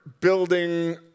building